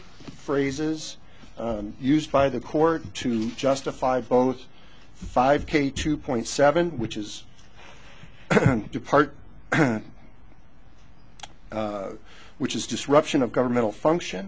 phrases used by the court to justify both five k two point seven which is the part which is disruption of governmental function